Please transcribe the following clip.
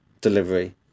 delivery